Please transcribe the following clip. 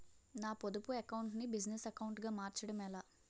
నా పొదుపు అకౌంట్ నీ బిజినెస్ అకౌంట్ గా మార్చడం ఎలా?